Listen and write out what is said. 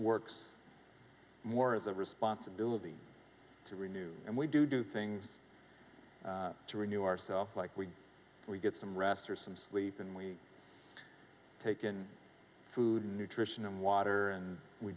works more of the responsibility to renew and we do do things to renew our self like we get some rest or some sleep and we taken food nutrition and water and we